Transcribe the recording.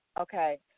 Okay